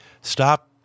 stop